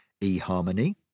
eHarmony